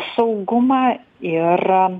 saugumą ir